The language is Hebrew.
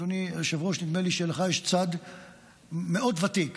אדוני היושב-ראש, נדמה לי שלך יש צד מאוד ותיק.